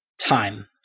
time